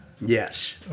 Yes